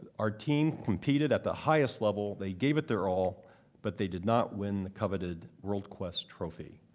our team competed at the highest level. they gave it their all but they did not win the coveted world quest trophy.